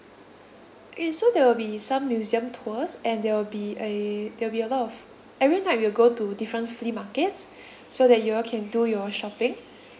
uh so there will be some museum tours and there will be uh there will be a lot of every night we'll go to different flea markets so that you all can do your shopping